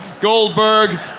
Goldberg